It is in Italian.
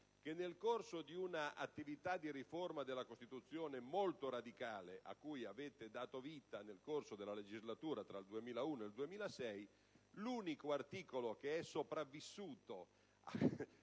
nel corso di un'attività di riforma della Costituzione molto radicale a cui avete dato vita nel corso della legislatura tra il 2001 e il 2006, l'unico articolo che è sopravvissuto